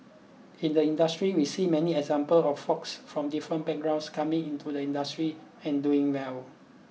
in the industry we've seen many examples of forks from different backgrounds coming into the industry and doing well